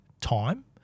time